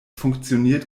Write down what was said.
funktioniert